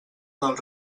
del